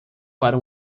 para